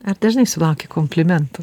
ar dažnai sulauki komplimentų